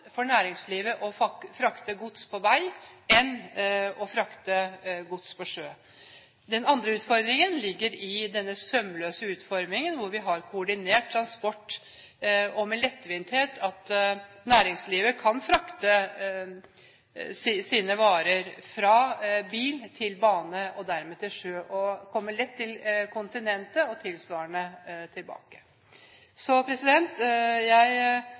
for næringslivet å frakte gods på vei enn å frakte gods på sjø. Den andre utfordringen ligger i denne sømløse utformingen hvor vi har koordinert transport slik at næringslivet med lettvinthet kan frakte sine varer fra bil til bane og dermed til sjø og komme lett til kontinentet og tilsvarende tilbake. Så jeg